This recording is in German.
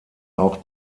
auch